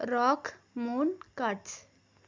rock moon Kutch